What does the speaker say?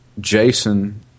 Jason